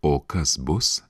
o kas bus